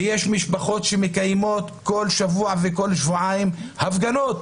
ויש משפחות שמקיימות כל שבוע וכל לשבועיים ההפגנות